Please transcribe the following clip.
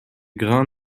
grains